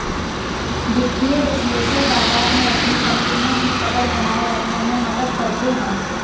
वित्तीय विश्लेषक बाजार में अपनी कपनियों की पकड़ बनाये रखने में मदद करते हैं